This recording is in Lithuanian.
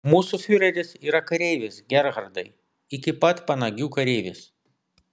mūsų fiureris yra kareivis gerhardai iki pat panagių kareivis